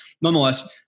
nonetheless